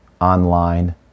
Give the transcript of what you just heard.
online